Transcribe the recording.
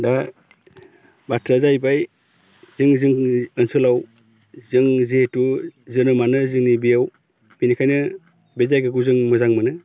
दा बाथ्राया जाहैबाय जों जोंनि ओनसोलाव जों जेहेथु जोनोमानो जोंनि बेयाव बिनिखायनो बे जायगाखौ जों मोजां मोनो